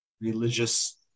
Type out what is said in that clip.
religious